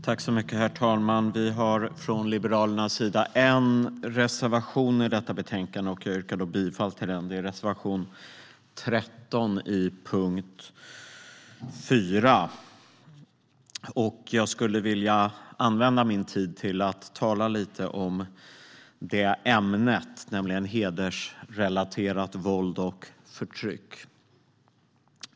Herr talman! Vi har från Liberalernas sida en reservation i detta betänkande. Jag yrkar bifall till den. Det är reservation 13 under punkt 4. Jag skulle vilja använda min tid till att tala lite om det ämnet, nämligen hedersrelaterat våld och förtryck.